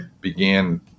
began